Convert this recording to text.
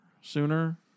sooner